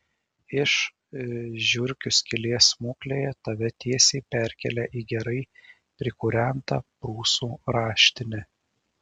iš žiurkių skylės smuklėje tave tiesiai perkelia į gerai prikūrentą prūsų raštinę